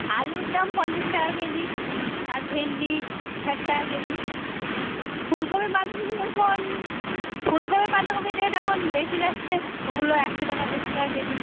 আলুর দাম পঞ্চাশ টাকা কেজি আর ভেন্ডি ষাট টাকা কেজি ফুলকপি বাঁধাকপি এখন ফুলকপি বাঁধাকপির রেট এখন বেশি যাচ্ছে ওগুলো একশো টাকা দেড়শো টাকা কেজি